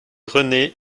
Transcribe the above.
renée